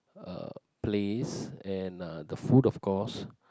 uh place and uh the food of course